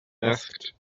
asked